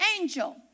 angel